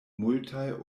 multaj